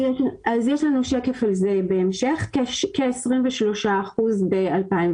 יש לנו שקף על זה בהמשך, כ-23% ב-2019.